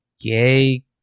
gay